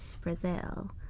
Brazil